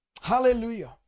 Hallelujah